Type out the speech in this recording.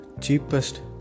cheapest